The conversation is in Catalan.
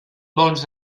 bons